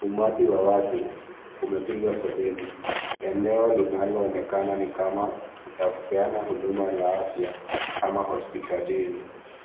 Umati wa watu, umepiga foleni. Eneo linaloonekana ni kama ya kupeana huduma la afya kama hospitalini.